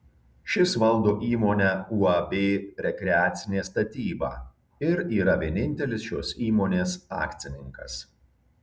šis valdo įmonę uab rekreacinė statyba ir yra vienintelis šios įmonės akcininkas